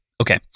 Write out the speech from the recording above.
Okay